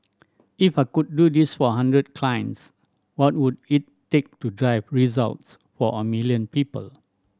if I could do this for hundred clients what would it take to drive results for a million people